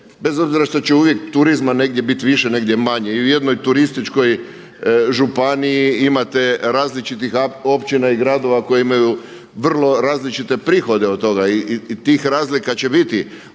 bez obzira što će uvijek turizma negdje bit više, negdje manje. U jednoj turističkoj županiji imate različitih općina i gradova koji imaju vrlo različite prihode od toga i tih razlika će biti.